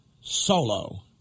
solo